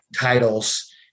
titles